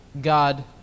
God